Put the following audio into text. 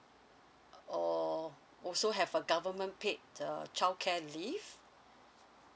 or also have a government paid uh childcare leave